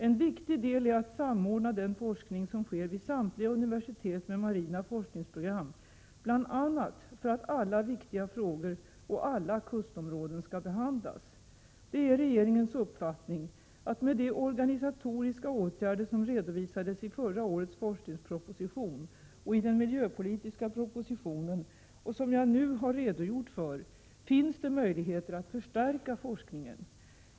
En viktig del är att samordna den forskning som sker vid samtliga universitet med marina forskningsprogram, bl.a. för att alla viktiga frågor och alla kustområden skall behandlas. Det är regeringens uppfattning att det, med de organisatoriska åtgärder som redovisades i förra årets forskningsproposition och i den miljöpolitiska propositionen och som jag nu har redogjort för, finns möjligheter att förstärka forskningen.